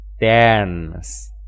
dance